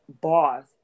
boss